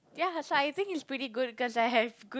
ya so I think it's pretty good cause I have good